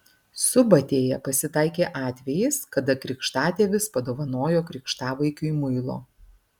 subatėje pasitaikė atvejis kada krikštatėvis padovanojo krikštavaikiui muilo